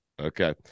Okay